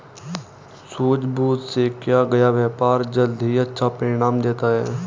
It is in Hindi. सूझबूझ से किया गया व्यापार जल्द ही अच्छा परिणाम देता है